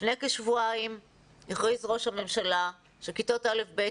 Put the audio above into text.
לפני כשבועיים הכריז ראש הממשלה שכיתות א'-ב'